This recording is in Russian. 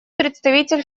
представитель